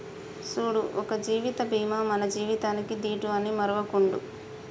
సూడు ఒక జీవిత బీమా మన జీవితానికీ దీటు అని మరువకుండు